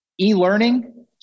E-learning